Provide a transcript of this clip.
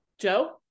Joe